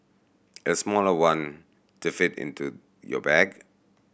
a smaller one to fit into your bag